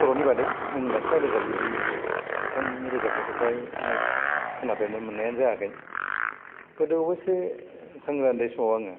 बर'नि बादै मुंदांखा रोजाबगिरि बिथांमोननि रोजाबनायखौ फ्राय लाइभ खोनाफेरनो मोननायानो जायाखै गोदो अबयस्से जेब्ला उन्दै समाव आङो